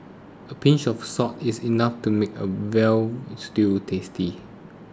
a pinch of salt is enough to make a Veal Stew tasty